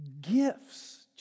gifts